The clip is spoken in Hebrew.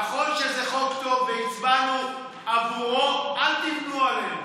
נכון שזה חוק טוב והצבענו עבורו, אל תבנו עלינו.